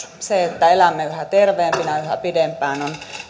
se että elämme yhä terveempinä ja yhä pidempään on